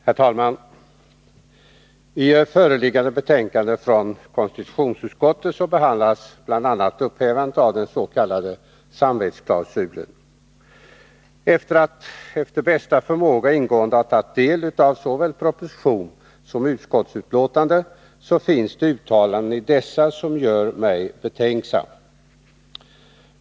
Herr talman! I föreliggande betänkande från konstitutionsutskottet behandlas bl.a. upphävande av den s.k. samvetsklausulen. Sedan jag efter bästa förmåga ingående har tagit del av såväl proposition som utskottsbetänkande finner jag uttalanden i dessa som gör mig betänksam.